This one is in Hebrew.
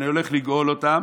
אני הולך לגאול אותם,